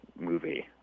movie